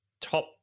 top